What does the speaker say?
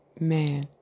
man